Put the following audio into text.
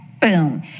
Boom